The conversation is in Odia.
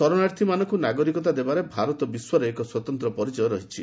ଶରଣାର୍ଥୀମାନଙ୍ଙୁ ନାଗରିକତା ଦେବାରେ ଭାରତର ବିଶ୍ୱରେ ଏକ ସ୍ୱତନ୍ତ ପରିଚୟ ରହିଛି